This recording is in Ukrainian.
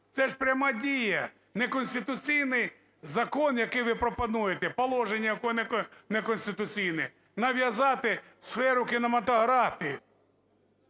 це ж пряма дія, неконституційний закон, який ви пропонуєте, положення якого неконституційне, нав'язати в сферу кінематографії.